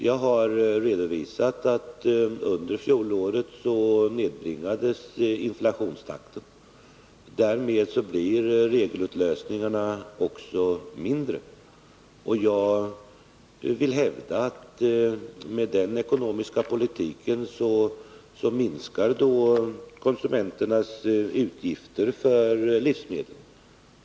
Jag har redovisat att inflationstakten nedbringades under fjolåret. Därmed blir effekterna av regelutlösningarna också mindre. Jag vill hävda att med denna ekonomiska politik minskar konsumenternas utgifter för livsmedel.